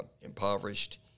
impoverished